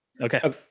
okay